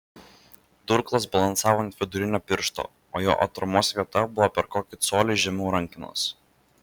durklas balansavo ant vidurinio piršto o jo atramos vieta buvo per kokį colį žemiau rankenos